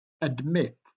admit